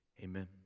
Amen